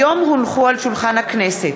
היום הונחו על שולחן הכנסת,